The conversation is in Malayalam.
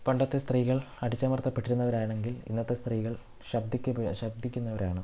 പണ്ടത്തെ സ്ത്രീകൾ അടിച്ചമർത്തപ്പെട്ടിരുന്നവരാണെങ്കിൽ ഇന്നത്തെ സ്ത്രീകൾ ശബ്ദി ശബ്ദിക്കുന്നവരാണ്